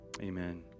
Amen